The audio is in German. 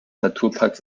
naturparks